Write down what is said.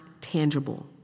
tangible